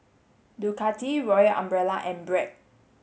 Ducati Royal Umbrella and Bragg